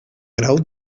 grau